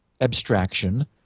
abstraction